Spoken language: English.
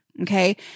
Okay